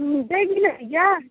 देगी न भैया